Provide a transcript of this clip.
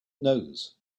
knows